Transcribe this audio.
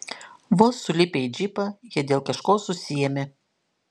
vos sulipę į džipą jie dėl kažko susiėmė